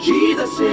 Jesus